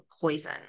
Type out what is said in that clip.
poison